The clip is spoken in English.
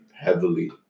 heavily